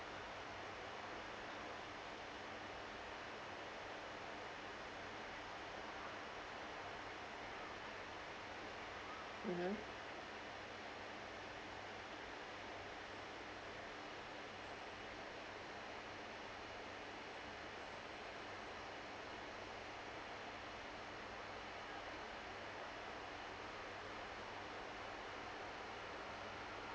mmhmm